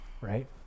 right